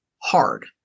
hard